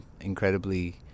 incredibly